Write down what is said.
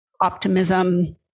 optimism